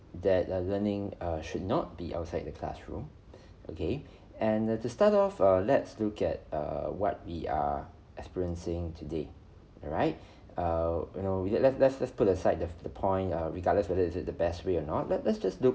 that err learning err should not be outside the classroom okay and to start off err let's look at err what we are experiencing today right err you know we let's let's let's put aside the the point err regardless whether is it the best way or not let let's just look